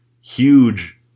huge